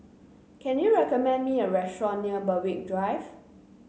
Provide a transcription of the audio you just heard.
can you recommend me a restaurant near Berwick Drive